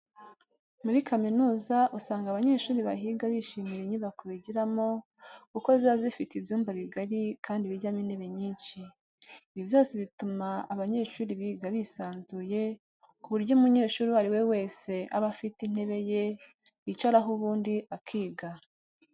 Muri kaminuza usanga abanyeshuri bahiga bishimira inyubako bigiramo kuko ziba zifite ibyumba bigari kandi bijyamo intebe nyinshi. Ibi byose bituma abanyeshuri biga bisanzuye ku buryo umunyeshuri uwo ari we wese aba afite intebe ye yicaramo ubundi akiga.